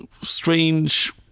strange